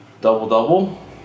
Double-double